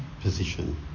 position